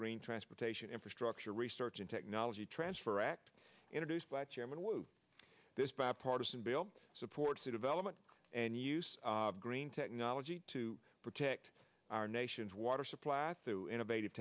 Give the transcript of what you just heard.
green transportation infrastructure research and technology transfer act introduced by chairman this bipartisan bill supports the development and use of green technology to protect our nation's water supply through innovative